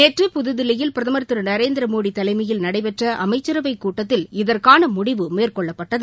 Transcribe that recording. நேற்று புதுதில்லியில் பிரதம் திரு நரேந்திரமோடி தலைமையில் நடைபெற்ற அமைச்சரவைக் கூட்டத்தில் இதற்கான முடிவு மேற்கொள்ளப்பட்டது